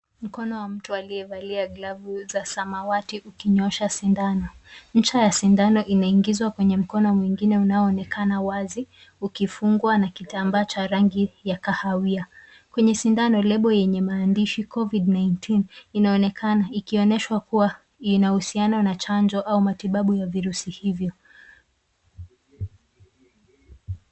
Mkono wa mtu aliyevalia glavu za samawati ukinyoosha sindano. Mche ya sindano inaingizwa kwenye mkono mwingine unaoonekana wazi ukifungwa na kitambaa cha rangi ya kahawia. Kwenye sindano lebo yenye maandishi COVID 19 inaonekana ikionyeshwa kuwa ina uhusiano na chanjo au matibabu ya virusi hivyo.